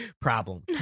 problem